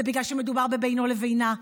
זה בגלל שמדובר בבינו לבינה,